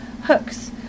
hooks